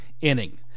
inning